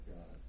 God